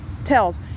tells